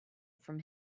from